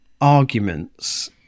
arguments